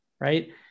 right